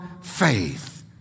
faith